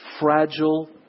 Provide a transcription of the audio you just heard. fragile